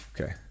Okay